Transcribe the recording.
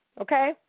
Okay